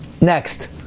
Next